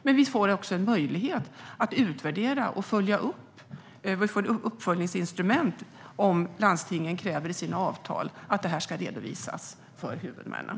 Men vi får en möjlighet att utvärdera med hjälp av ett uppföljningsinstrument om landstingen kräver i sina avtal att det ska ske en redovisning för huvudmännen.